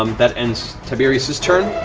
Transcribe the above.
um that ends tiberius's turn.